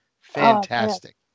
Fantastic